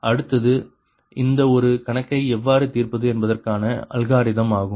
அடுத்தது இந்த ஒரு கணக்கை எவ்வாறு தீர்ப்பது என்பதற்கான அல்காரிதம் ஆகும்